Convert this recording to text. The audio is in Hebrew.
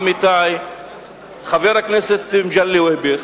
עמיתי חבר הכנסת מגלי והבה,